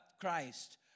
Christ